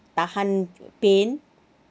tahan pain